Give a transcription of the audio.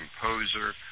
composer